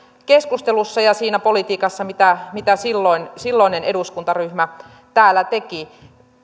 keskustelussa ja siinä politiikassa mitä mitä silloinen eduskuntaryhmä täällä teki